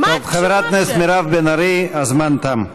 טוב, חברת הכנסת מירב בן ארי, הזמן תם.